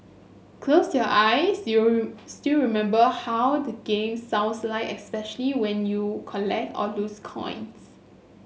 close your eyes you'll still remember how the game sounds like especially when you collect or lose coins